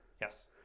Yes